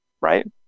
right